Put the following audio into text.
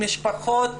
משפחות,